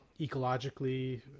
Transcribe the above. ecologically